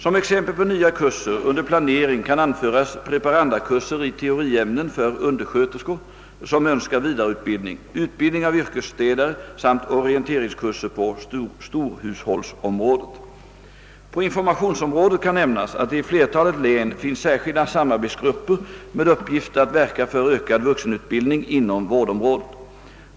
Som exempel på nya kurser under planering kan anföras preparandkurser i teoriämnen för undersköterskor som önskar vidareutbildning, utbildning av yrkesstädare samt orienteringskurser på storhushållsområdet. På informationsområdet kan nämnas att det i flertalet län finns särskilda samarbetsgrupper med uppgift att verka för ökad vuxenutbildning inom vårdområdet.